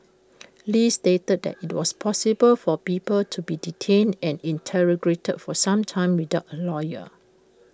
li stated that IT was possible for people to be detained and interrogated for some time without A lawyer